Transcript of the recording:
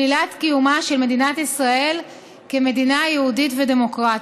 שלילת קיומה של מדינת ישראל כמדינה יהודית ודמוקרטית.